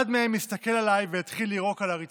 אחד מהם הסתכל עליי והתחיל לירוק על הרצפה.